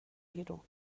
بیرون